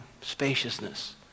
spaciousness